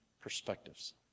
perspectives